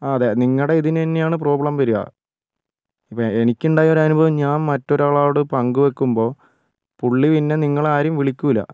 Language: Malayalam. ആ അതെ നിങ്ങളുടെ ഇതിനുതന്നെയാണ് പ്രോബ്ലം വരുക ഇപ്പം എനിക്ക് ഉണ്ടായ അനുഭവം ഞാൻ മറ്റൊരാളോട് പങ്ക് വയ്ക്കുമ്പോൾ പുള്ളി പിന്നെ നിങ്ങളെ ആരെയും വിളിക്കില്ല